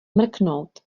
mrknout